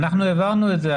אנחנו העברנו את זה,